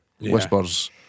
Whispers